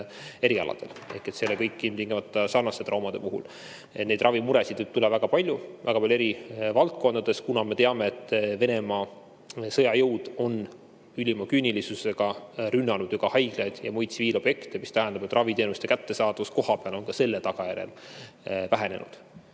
erialadel ehk kõik ei ole ilmtingimata traumade puhul. Neid ravimuresid võib tulla väga palju eri valdkondades, kuna me teame, et Venemaa sõjajõud on ülima küünilisusega rünnanud ju ka haiglaid ja muid tsiviilobjekte, see tähendab seda, et raviteenuste kättesaadavus kohapeal on ka selle tagajärjel vähenenud.